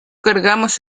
cargamos